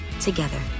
together